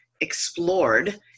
explored